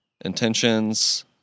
intentions